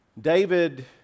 David